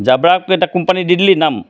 জাব্ৰাকে এটা কোম্পানী দি দিলি নাম